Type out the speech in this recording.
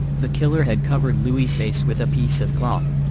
the killer had covered louis' face with a piece of cloth.